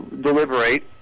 deliberate